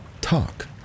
talk